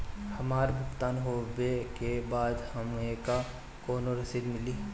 हमार भुगतान होबे के बाद हमके कौनो रसीद मिली?